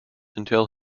until